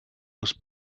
was